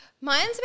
Mine's